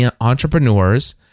entrepreneurs